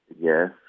Yes